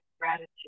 gratitude